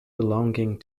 belonging